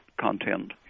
content